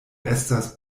estas